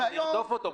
אנחנו נרדוף אותו.